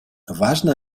важно